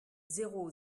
zéro